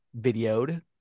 videoed